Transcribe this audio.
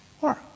work